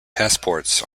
passports